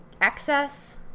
excess